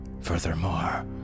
Furthermore